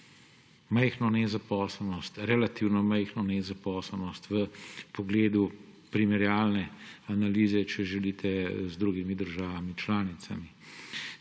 majhno nezaposlenost, relativno majhno nezaposlenost v pogledu primerjalne analize z drugimi državami članicami.